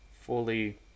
fully